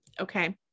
Okay